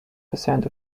percent